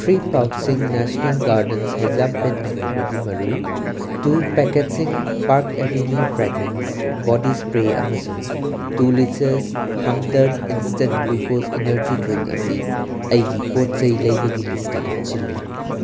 three ꯄꯥꯎꯆꯁꯤꯡ national gardens ꯍꯩꯖꯥꯝꯄꯦꯠ ꯑꯃꯨꯕꯒꯤ ꯃꯔꯨ ꯇꯨ ꯄꯦꯛꯀꯦꯠꯁꯤꯡ Park Avenue fragrance body spray ꯑꯃꯁꯨꯡ two litres Hamdard instant glucose energy drink ꯑꯁꯤ ꯑꯩꯒꯤ ꯄꯣꯠꯆꯩ ꯂꯩꯕꯒꯤ ꯂꯤꯁꯇ ꯍꯥꯞꯆꯤꯜꯂꯨ